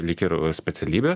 lyg ir specialybė